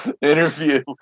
Interview